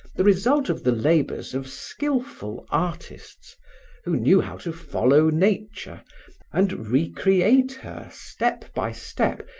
the result of the labors of skilful artists who knew how to follow nature and recreate her step by step,